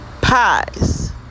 pies